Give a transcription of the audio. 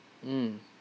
mm